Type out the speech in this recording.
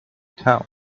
town